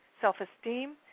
self-esteem